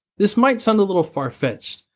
this might sound a little far fetched,